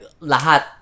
lahat